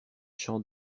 champs